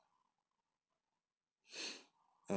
err